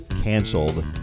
canceled